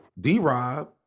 D-Rob